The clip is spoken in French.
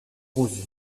rose